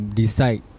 decide